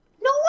No